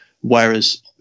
whereas